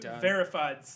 verified